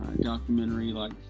documentary-like